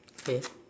okay